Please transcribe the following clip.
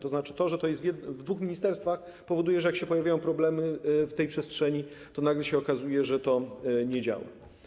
To znaczy to, że to jest w dwóch ministerstwach, powoduje, że jak się pojawiają problemy w tej przestrzeni, to nagle się okazuje, że to nie działa.